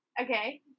Okay